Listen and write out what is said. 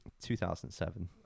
2007